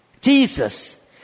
Jesus